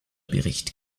bericht